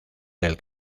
del